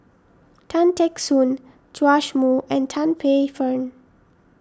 Tan Teck Soon Joash Moo and Tan Paey Fern